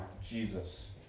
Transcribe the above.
Jesus